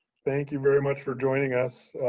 thank you, very much for joining us,